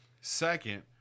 Second